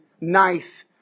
nice